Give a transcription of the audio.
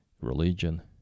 religion